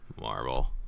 Marvel